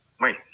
wait